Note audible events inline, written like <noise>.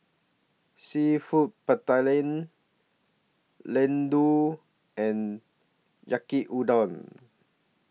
Seafood <unintelligible> Ladoo and Yaki Udon